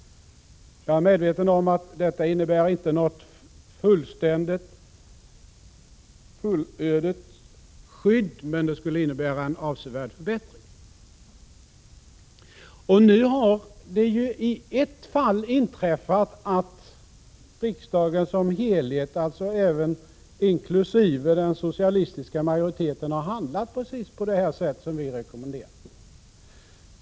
Jag är medveten om att detta inte innebär något fullständigt skydd mot en upprepning av de brister som förekommit, men det skulle innebära en avsevärd förbättring. I ett fall har det nu inträffat att riksdagen som helhet, alltså även inkluderande den socialistiska majoriteten, har handlat precis på det sätt som vi rekommenderar.